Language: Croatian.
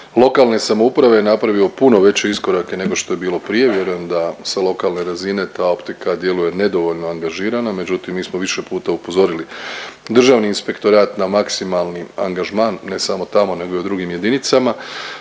lokalne samouprave je napravio puno veće iskorake nego što je bilo prije. Vjerujem da s lokalne razine ta optika djeluje nedovoljno angažirana, međutim mi smo više puta upozorili Državni inspektorat na maksimalni angažman, ne samo tamo nego i u drugim jedinicama.